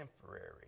temporary